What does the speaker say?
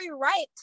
right